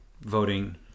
voting